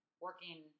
working